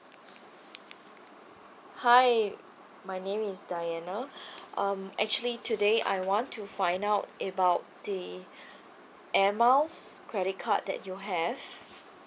hi my name is diana um actually today I want to find out about the air miles credit card that you have